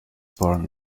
born